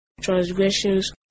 transgressions